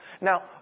Now